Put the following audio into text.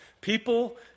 people